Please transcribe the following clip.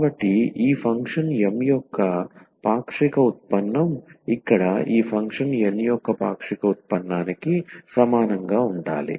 కాబట్టి ఈ function M యొక్క పాక్షిక ఉత్పన్నం ఇక్కడ ఈ ఫంక్షన్ N యొక్క పాక్షిక ఉత్పన్నానికి సమానంగా ఉండాలి